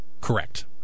Correct